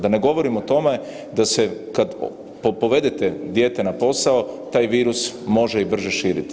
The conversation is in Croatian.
Da ne govorim o tome kada povedete dijete na posao taj virus može i brže širiti.